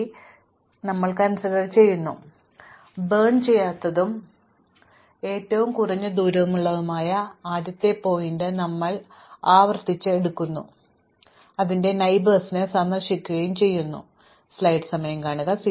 തുടർന്ന് കത്തിക്കാത്തതും കത്തിക്കാത്തവയിൽ ഏറ്റവും കുറഞ്ഞ ദൂരമുള്ളതുമായ ആദ്യത്തെ ശീർഷകം ഞങ്ങൾ ആവർത്തിച്ച് എടുക്കുന്നു സന്ദർശിക്കുകയും അയൽവാസികളിലേക്കുള്ള ദൂരം വീണ്ടും കണക്കാക്കുകയും ചെയ്യുന്നു